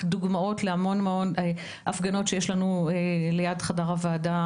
בשקף הזה רואים דוגמאות להמון הפגנות שיש לנו ליד חדר הוועדה,